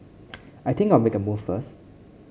I think I'll make a move first